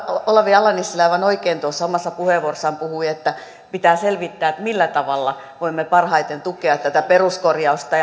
olavi ala nissilä aivan oikein tuossa omassa puheenvuorossaan puhui että pitää selvittää millä tavalla voimme parhaiten tukea tätä peruskorjausta